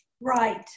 Right